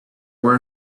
were